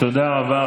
תודה רבה.